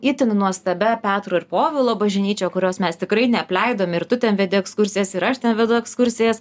itin nuostabia petro ir povilo bažnyčia kurios mes tikrai neapleidom ir tu ten vedi ekskursijas ir aš ten vedu ekskursijas